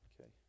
Okay